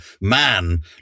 man